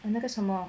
哦那个什么